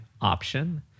option